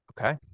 Okay